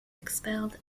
expelled